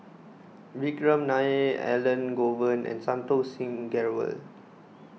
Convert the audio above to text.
Vikram Nair Elangovan and Santokh Singh Grewal